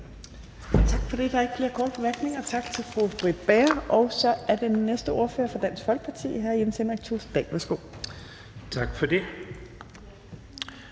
Tak for det. Der er ikke flere korte bemærkninger. Tak til fru Britt Bager. Så er den næste ordfører fra Dansk Folkeparti, og det er hr. Jens Henrik Thulesen Dahl. Værsgo. Kl.